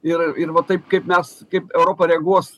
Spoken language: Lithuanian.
ir ir va taip kaip mes kaip europa reaguos